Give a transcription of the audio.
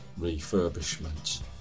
refurbishment